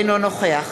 אינו נוכח